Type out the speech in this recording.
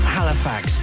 Halifax